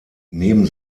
neben